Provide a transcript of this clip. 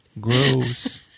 Gross